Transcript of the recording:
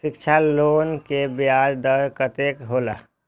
शिक्षा लोन के ब्याज दर कतेक हौला?